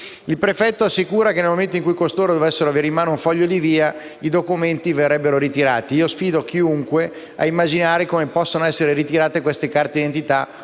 Il prefetto assicura che, nel momento in cui costoro dovessero avere in mano un foglio di espulsione, i documenti verrebbero ritirati. Sfido chiunque a immaginare come possano essere ritirate queste carte d'identità